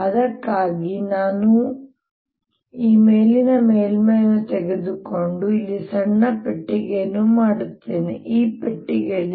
ಅದಕ್ಕಾಗಿ ನಾನು ಈ ಮೇಲಿನ ಮೇಲ್ಮೈಯನ್ನು ತೆಗೆದುಕೊಂಡು ಇಲ್ಲಿ ಸಣ್ಣ ಪೆಟ್ಟಿಗೆಯನ್ನು ಮಾಡುತ್ತೇನೆ ಮತ್ತು ಈ ಪೆಟ್ಟಿಗೆಯಲ್ಲಿ